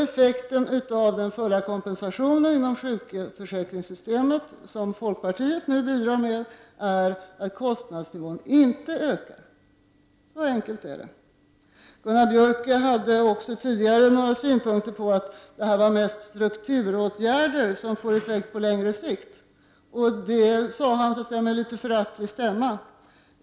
Effekten av den fulla kompensationen inom sjukförsäkringssystemet, som folkpartiet nu verkar för, är att kostnadsnivån inte ökar. Gunnar Björk anförde tidigare också synpunkten att det mest är fråga om strukturåtgärder, som får effekt först på sikt. Det sade han med litet av föraktistämman.